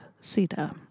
Sita